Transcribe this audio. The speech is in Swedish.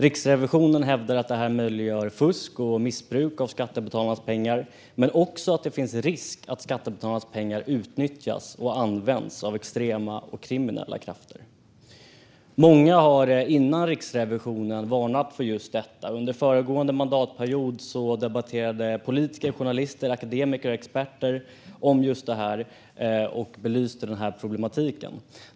Riksrevisionen hävdar att detta möjliggör fusk och missbruk av skattebetalarnas pengar men också att det finns en risk att skattebetalarnas pengar utnyttjas och används av extrema och kriminella krafter. Många har före Riksrevisionen varnat för just det. Under föregående mandatperiod debatterade politiska journalister, akademiker och experter detta och belyste problematiken.